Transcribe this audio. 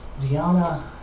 Diana